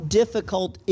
difficult